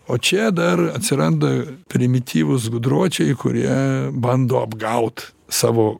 o čia dar atsiranda primityvūs gudročiai kurie bando apgaut savo